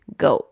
go